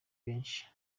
benshi